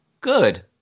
Good